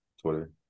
Twitter